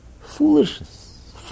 Foolishness